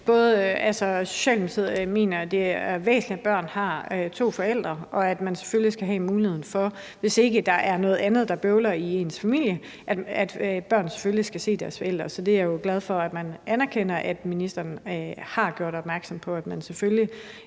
for Socialdemokratiet mener, at det er væsentligt, at børn har to forældre, og at børn selvfølgelig skal have muligheden for, hvis ikke der er noget andet, der er bøvl med i en familie, at se deres forældre. Så jeg er jo glad for, at man anerkender, at ministeren har gjort opmærksom på, at man selvfølgelig